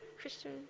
Christian